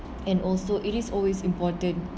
and also it is always important